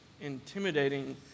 intimidating